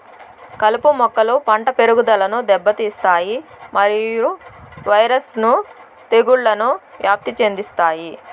కలుపు మొక్కలు పంట పెరుగుదలను దెబ్బతీస్తాయి మరియు వైరస్ ను తెగుళ్లను వ్యాప్తి చెందిస్తాయి